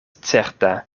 certa